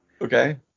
okay